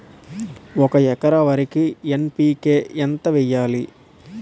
ఒక ఎకర వరికి ఎన్.పి.కే ఎంత వేయాలి?